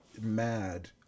mad